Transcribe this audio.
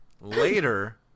Later